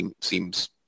seems